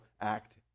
act